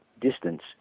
distance